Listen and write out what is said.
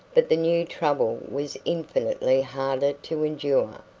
but the new trouble was infinitely harder to endure.